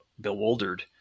bewildered